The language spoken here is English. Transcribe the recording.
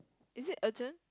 is it urgent